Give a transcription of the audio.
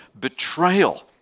betrayal